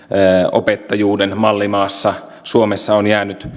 opettajuuden mallimaassa suomessa on